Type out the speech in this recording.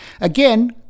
Again